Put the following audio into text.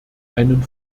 einen